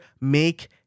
Make